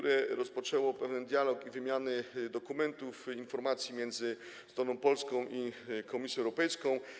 Rozpoczęło ono pewien dialog i wymianę dokumentów, informacji między stroną polską i Komisją Europejską.